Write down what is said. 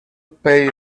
pay